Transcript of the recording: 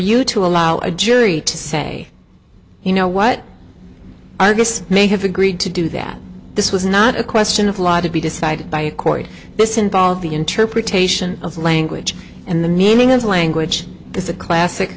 you to allow a jury to say you know what argus may have agreed to do that this was not a question of law to be decided by a court this involves the interpretation of language and the meaning of language is a classic